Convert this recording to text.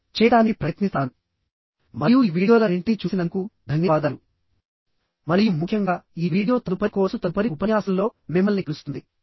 మీకు అన్ని విజయాలను కోరుకుంటున్నాను మరియు ఈ వీడియోలన్నింటినీ చూసినందుకు ధన్యవాదాలు మరియు ముఖ్యంగా ఈ వీడియో తదుపరి కోర్సు తదుపరి ఉపన్యాసంలో మిమ్మల్ని కలుస్తుంది